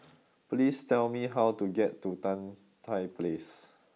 please tell me how to get to Tan Tye Place